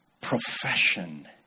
Profession